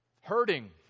hurting